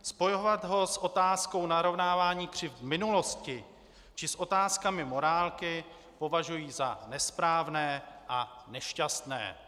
Spojovat ho s otázkou narovnávání křivd v minulosti či s otázkami morálky, považuji za nesprávné a nešťastné.